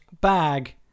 bag